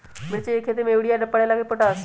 मिर्ची के खेती में यूरिया परेला या पोटाश?